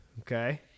okay